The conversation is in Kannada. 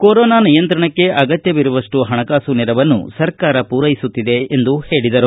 ಕೊರೊನಾ ನಿಯಂತ್ರಣಕ್ಕೆ ಅಗತ್ತವಿರುವಷ್ಟು ಹಣಕಾಸು ನೆರವನ್ನು ಸರಕಾರ ಪುರೈಸುತ್ತಿದೆ ಎಂದು ಹೇಳದರು